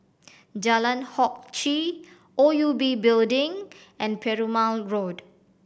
Jalan Hock Chye O U B Building and Perumal Road